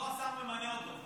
לא השר ממנה אותו.